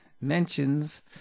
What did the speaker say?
mentions